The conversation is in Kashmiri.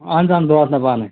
اَہَن حظ آ بہٕ واتناو پانے